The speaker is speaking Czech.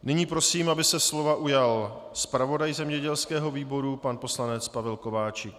Nyní prosím, aby se slova ujal zpravodaj zemědělského výboru pan poslanec Pavel Kováčik.